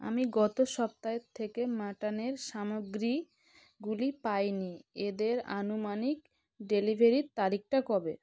আমি গত সপ্তাহের থেকে মাটনের সামগ্রীগুলি পাইনি এদের আনুমানিক ডেলিভারির তারিখটা কবে